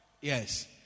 Yes